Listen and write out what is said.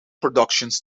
productions